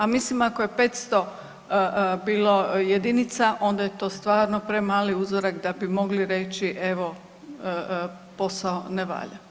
A mislim ako je 500 bilo jedinica onda je to stvarno premali uzorak da bi mogli reći evo posao ne valja.